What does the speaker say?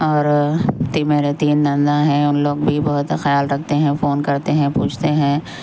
اور تی میرے تین ننداں ہیں ان لوگ بھی میرا بہت خیال رکھتے ہیں فون کرتے ہیں پوچھتے ہیں